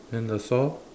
and the saw